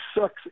sucks